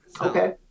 Okay